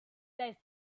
they